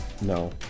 No